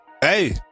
Hey